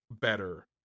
better